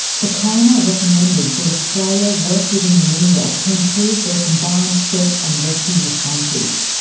the coroner recommended that australia work with indonesia to improve their combined search and rescue responses.